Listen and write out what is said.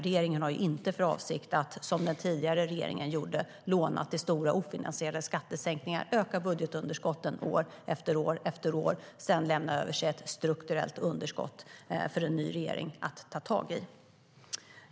Regeringen har ju inte för avsikt att - som den tidigare regeringen gjorde - låna till stora ofinansierade skattesänkningar, öka budgetunderskotten år efter år och sedan lämna efter sig ett strukturellt underskott till en ny regering att ta tag i.